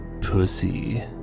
pussy